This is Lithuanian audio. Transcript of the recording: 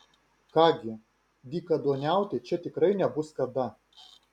ką gi dykaduoniauti čia tikrai nebus kada